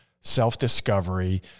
self-discovery